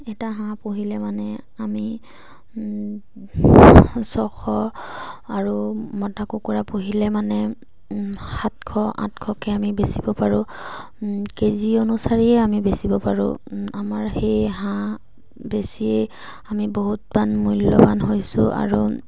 এটা হাঁহ পুহিলে মানে আমি ছশ আৰু মতা কুকুৰা পুহিলে মানে সাতশ আঠশকৈ আমি বেচিব পাৰোঁ কে জি অনুচাৰীয়ে আমি বেচিব পাৰোঁ আমাৰ সেই হাঁহ বেছিয়ে আমি বহুত বান মূল্যৱান হৈছোঁ আৰু